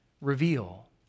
reveal